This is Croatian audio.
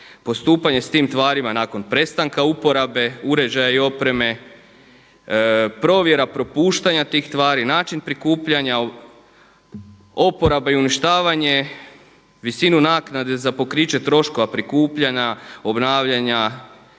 postupanje sa tim tvarima nakon prestanka uporabe, uređaja i opreme, provjera propuštanja tih tvari, način priklupljanja, oporaba i uništavanje, visinu naknade za pokriće troškova prikupljanja, obnavljanja